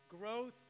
growth